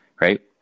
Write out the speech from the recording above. right